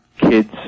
kids